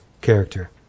character